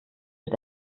mit